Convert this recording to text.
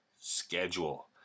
schedule